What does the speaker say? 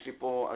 יש לי פה הצעה".